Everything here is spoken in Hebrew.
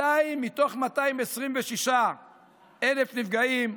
מתוך 226,000 נפגעים,